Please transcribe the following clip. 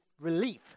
relief